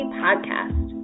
podcast